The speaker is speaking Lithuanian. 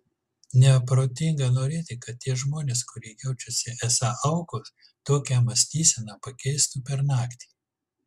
neprotinga norėti kad tie žmonės kurie jaučiasi esą aukos tokią mąstyseną pakeistų per naktį